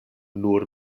nur